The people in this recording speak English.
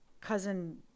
cousin